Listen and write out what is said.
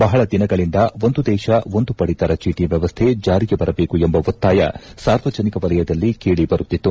ಬಹಳ ದಿನಗಳಿಂದ ಒಂದು ದೇಶ ಒಂದು ಪಡಿತರ ಚೀಟ ವ್ವವಸ್ಥೆ ಜಾರಿಗೆ ಬರಬೇಕು ಎಂಬ ಒತ್ತಾಯ ಸಾರ್ವಜನಿಕ ವಲಯದಲ್ಲಿ ಕೇಳಿ ಬರುತ್ತಿತ್ತು